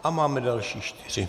A máme další čtyři.